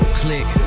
click